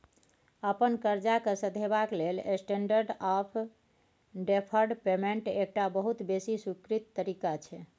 अपन करजा केँ सधेबाक लेल स्टेंडर्ड आँफ डेफर्ड पेमेंट एकटा बहुत बेसी स्वीकृत तरीका छै